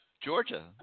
Georgia